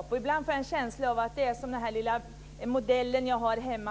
Jag får ibland en känsla av att man gör som aporna på en liten leksak som jag har hemma